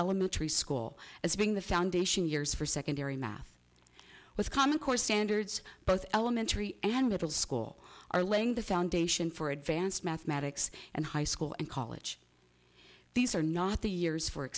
elementary school as being the foundation years for secondary math with common core standards both elementary and middle school are laying the foundation for advanced mathematics and high school and college these are not the years for